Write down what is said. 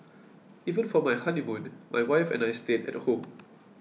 even for my honeymoon my wife and I stayed at home